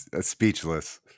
speechless